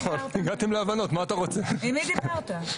עם מי דיברת?